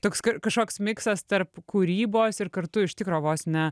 toks kažkoks miksas tarp kūrybos ir kartu iš tikro vos ne